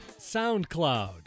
SoundCloud